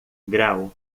grau